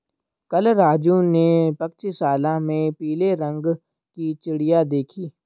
कल राजू ने पक्षीशाला में पीले रंग की चिड़िया देखी